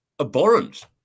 abhorrent